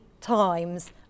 times